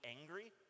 angry